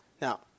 Now